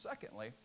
Secondly